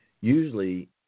usually